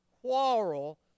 quarrel